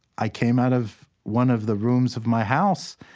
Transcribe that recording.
i came out of one of the rooms of my house,